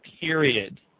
Period